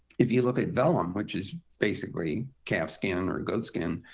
if you look at vellum, which is basically calf skin or goat skin,